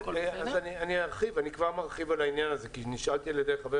אני כבר ארחיב על העניין הזה כי נשאלתי על ידי חבר